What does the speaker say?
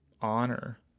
honor